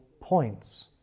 points